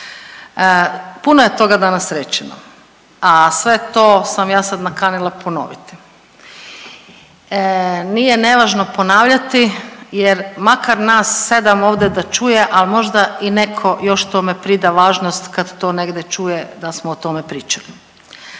Puno je toga danas rečeno, a sve to sam ja sad nakanila ponoviti. Nije nevažno ponavljati jer makar nas sedam ovde da čuje, al možda i neko još tome prida važnost kad to negde čuje da smo o tome pričali.